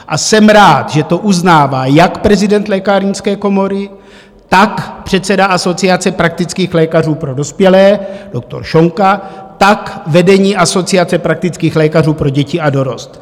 A jsem rád, že to uznává jak prezident Lékárnické komory, tak předseda Asociace praktických lékařů pro dospělé doktor Šonka, tak vedení Asociace praktických lékařů pro děti a dorost.